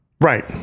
Right